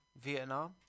Vietnam